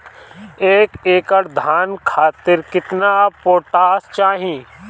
एक एकड़ धान खातिर केतना पोटाश चाही?